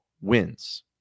wins